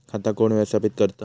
खाता कोण व्यवस्थापित करता?